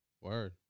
Word